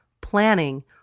planning